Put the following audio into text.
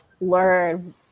learn